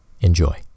Enjoy